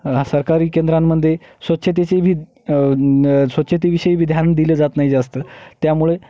ह सरकारी केंद्रांमध्ये स्वच्छतेचे भी स्वच्छतेविषयी बी ध्यान दिलं जात नाही जास्त त्यामुळे